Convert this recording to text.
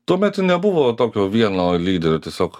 tuomet i nebuvo tokio vieno lyderio tiesiog